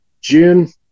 June